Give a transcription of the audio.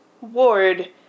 Ward